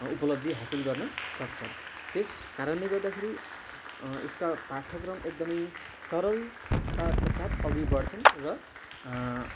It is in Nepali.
उपलब्धि हासिल गर्नसक्छ त्यसकारणले गर्दाखेरि यसका पाठ्यक्रम एकदमै सरलताको साथ अघि बढ्छन् र